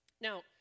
Now